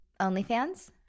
OnlyFans